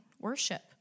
worship